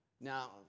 Now